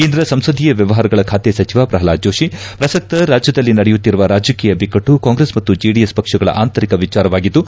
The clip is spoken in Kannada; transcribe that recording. ಕೇಂದ್ರ ಸಂಸದೀಯ ವ್ಯವಹಾರಗಳ ಖಾತೆ ಸಚಿವ ಪ್ರಲ್ನಾದ ಜೋತಿ ಪ್ರಸಕ್ತ ರಾಜ್ಯದಲ್ಲಿ ನಡೆಯುತ್ತಿರುವ ರಾಜಕೀಯ ಬಿಕಟ್ಟು ಕಾಂಗ್ರೆಸ್ ಮತ್ತು ಜೆಡಿಎಸ್ ಪಕ್ಷಗಳ ಅಂತರಿಕ ವಿಚಾರವಾಗಿದ್ದು